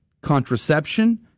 contraception